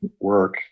work